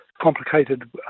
complicated